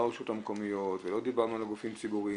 לא על הרשויות המקומיות ולא על גופים ציבוריים,